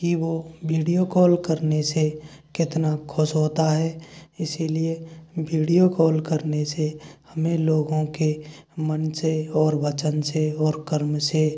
कि वो video call करने से कितना खुश होता है इसलिए बीडियो कॉल करने से हमें लोगों के मन से और वचन से ओर कर्म से